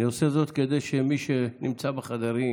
אני עושה זאת כדי שמי שנמצא בחדרים